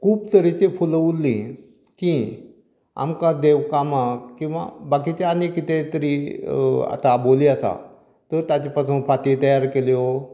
खूब तरेचे फुलां उरलीं की आमकां देव कामाक किंवां बाकिच्या आनी कितेंय तरी आतां आबोलीं आसा त्यो ताजे पासून फातयो तयार केल्यो